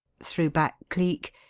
threw back cleek,